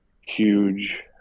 huge